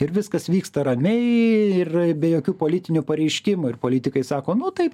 ir viskas vyksta ramiai ir be jokių politinių pareiškimų ir politikai sako nu taip